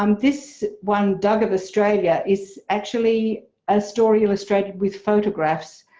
um this one, doug of australia is actually a story illustrated with photographs.